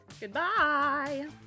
Goodbye